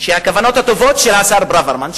שהכוונות הטובות של השר ברוורמן,